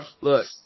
look